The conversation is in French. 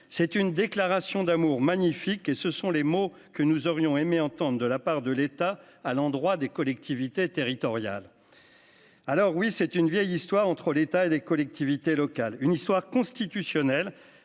c'est une déclaration d'amour magnifique et ce sont les mots que nous aurions aimé entendre de la part de l'État à l'endroit des collectivités territoriales, alors oui, c'est une vieille histoire entre l'État et des collectivités locales, une histoire constitutionnelle